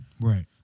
Right